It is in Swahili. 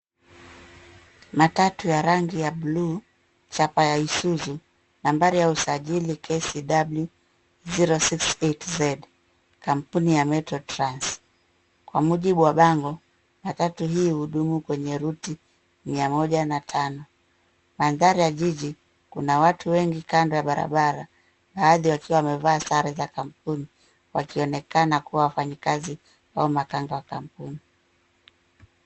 Matatu ya rangi ya buluu chapa ya Isuzu nambari ya usajili KCW068Z kampuni ya metro trans. Kwa mujibu wa bango matatu hii hudumu kwenye ruti mia moja na tano. Mandhari ya jiji kuna watu wengi kando ya barabara baadhi wakiwa wamevaa sare za kampuni wakionekana kuwa wafanyakazi au makanga wa kampuni.